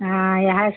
हाँ यहीं से